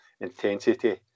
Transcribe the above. intensity